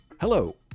hello